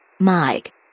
Mike